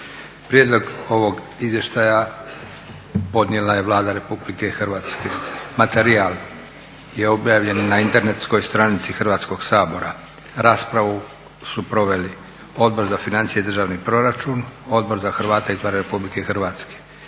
Prijedlog ovog Izvještaja podnijela je Vlada Republike Hrvatske. Materijal je objavljen na Internetskoj stranici Hrvatskoga sabora. Raspravu su proveli Odbor za financije i državni proračun, Odbor za Hrvate izvan Republike Hrvatske.